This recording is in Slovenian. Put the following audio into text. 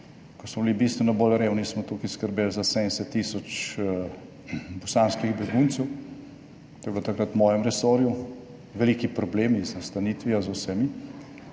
Ko smo bili bistveno bolj revni, smo tukaj skrbeli za 70 tisoč bosanskih beguncev. To je bilo takrat v mojem resorju, veliki problemi z nastanitvijo, z vsemi,